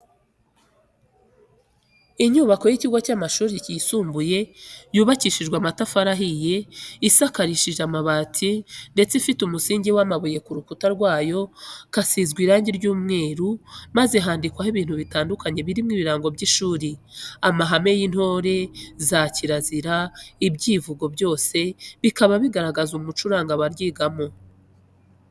Inyubako y'ikigo cy'amashuri yisumbuye yubakishije amatafari ahiye, isakaje amabati, ndetse ifite umusingi w'amabuye, ku rukuta rwayo kasizwe irangi ry'umweru maze handikwaho ibintu bitandukanye birimo ibirango by'ishuri, amahame y'intore, za kirazira, icyivugo byose bikaba bigaragaza umuco uranga abaryigamo.